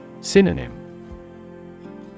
Synonym